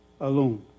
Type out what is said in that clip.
alone